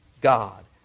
God